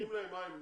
אני